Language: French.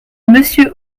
monsieur